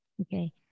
Okay